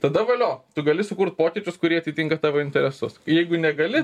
tada valio tu gali sukurt pokyčius kurie atitinka tavo interesus jeigu negali